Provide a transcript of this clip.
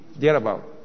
thereabout